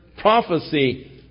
prophecy